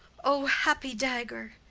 o happy dagger!